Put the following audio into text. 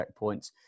checkpoints